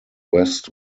west